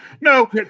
No